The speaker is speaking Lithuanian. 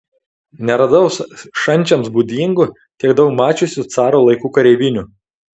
neradau šančiams būdingų tiek daug mačiusių caro laikų kareivinių